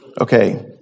Okay